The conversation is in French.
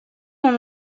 dont